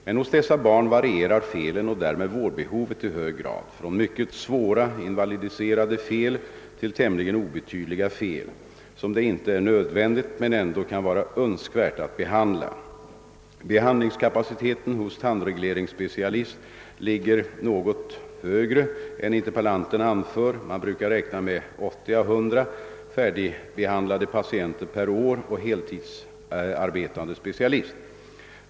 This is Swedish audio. Men hos dessa barn varierar felen och därmed vårdbehovet i hög grad, från mycket svåra invalidiserande fel till tämligen obetydliga fel, som det inte är nödvändigt men ändå kan vara önskvärt att behandla. Behandlingskapaciteten hos en tandregleringsspecialist ligger något högre än interpellanten anför — man brukar räkna med 80—100 färdigbehandlade patienter per år och heltidsarbetande specialist.